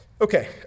Okay